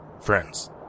Friends